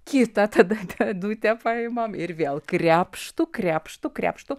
kitą tada pėdutę paimam ir vėl krepštu krepštu krepštu